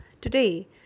Today